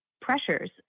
pressures